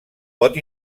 pot